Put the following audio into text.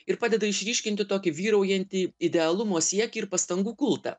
ir padeda išryškinti tokį vyraujantį idealumo siekį ir pastangų kultą